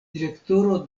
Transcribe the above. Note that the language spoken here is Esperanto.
direktoro